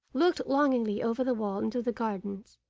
looked longingly over the wall into the gardens,